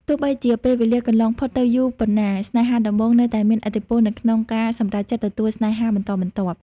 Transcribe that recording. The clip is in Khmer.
ទោះបីជាពេលវេលាកន្លងផុតទៅយូរប៉ុណ្ណា ស្នេហាដំបូងនៅតែមានឥទ្ធិពលនៅក្នុងការសម្រេចចិត្តទទួលស្នេហាបន្តបន្ទាប់។